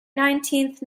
nineteenth